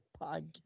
podcast